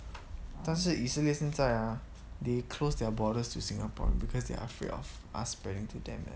但是伊斯兰现在 ah they closed their borders to singaporean because they are afraid of us spreading to them leh